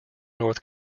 north